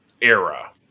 era